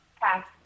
Pass